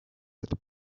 that